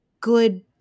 good